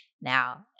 Now